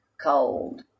cold